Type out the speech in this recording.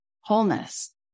wholeness